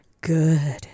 good